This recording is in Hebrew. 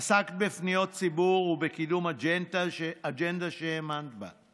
עסקת בפניות ציבור ובקידום אג'נדה שהאמנת בה.